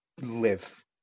live